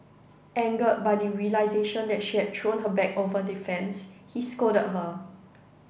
angered by the realisation that she had thrown her bag over the fence he scolded her